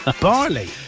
Barley